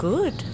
Good